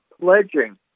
pledging